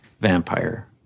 vampire